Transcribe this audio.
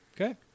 Okay